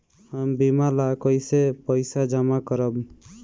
हम बीमा ला कईसे पईसा जमा करम?